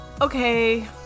okay